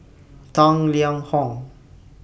Tang Liang Hong